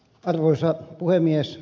arvoisa puhemies